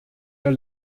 der